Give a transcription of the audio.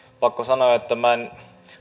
pakko sanoa että minä en